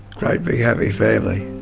great big happy family.